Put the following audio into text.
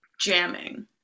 jamming